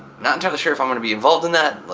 not entirely sure if i'm going to be involved in that.